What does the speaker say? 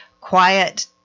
quiet